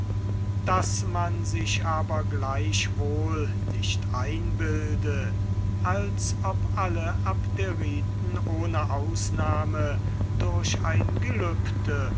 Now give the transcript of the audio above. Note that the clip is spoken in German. daß man sich aber gleichwohl nicht einbilde als ob alle abderiten ohne ausnahme durch ein gelübde